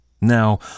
Now